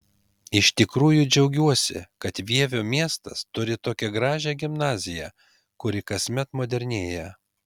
iš tikrųjų džiaugiuosi kad vievio miestas turi tokią gražią gimnaziją kuri kasmet modernėja